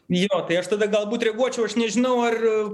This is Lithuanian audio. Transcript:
jo tai aš tada galbūt reaguočiau aš nežinau ar